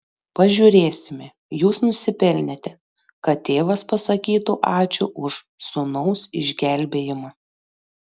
pažiūrėsime jūs nusipelnėte kad tėvas pasakytų ačiū už sūnaus išgelbėjimą